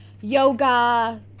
yoga